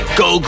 go